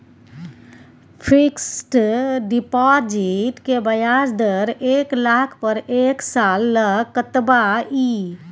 Fixed deposit के ब्याज दर एक लाख पर एक साल ल कतबा इ?